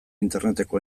interneteko